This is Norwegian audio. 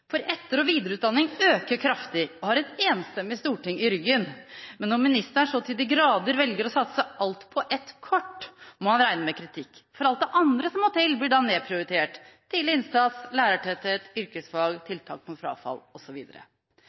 budsjetter. Etter- og videreutdanning øker kraftig og har et enstemmig storting i ryggen. Men når ministeren så til de grader velger å satse alt på ett kort, må han regne med kritikk. For alt det andre som må til, blir da nedprioritert: tidlig innsats, lærertetthet, yrkesfag, tiltak mot frafall,